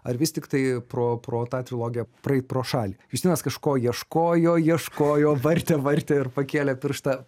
ar vis tiktai pro pro tą trilogiją praeit pro šalį justinas kažko ieškojo ieškojo vartė vartė ir pakėlė pirštą